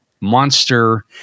monster